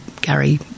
Gary